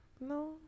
No